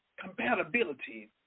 compatibility